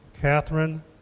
Catherine